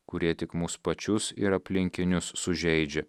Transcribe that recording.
kurie tik mus pačius ir aplinkinius sužeidžia